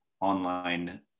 online